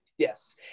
Yes